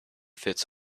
fits